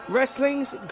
Wrestling's